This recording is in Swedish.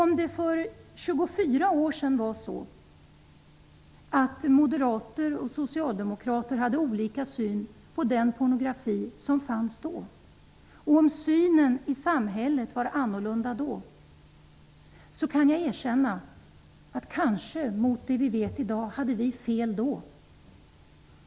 Även om moderater och socialdemokrater för 24 år sedan hade olika syn på den pornografi som fanns då och om synen i samhället var annorlunda då, kan jag erkänna att vi kanske, mot bakgrund av vad vi vet i dag, hade fel då.